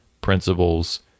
principles